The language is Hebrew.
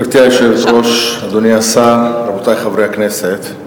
גברתי היושבת-ראש, אדוני השר, רבותי חברי הכנסת,